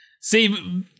see